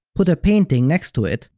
put a painting next to it,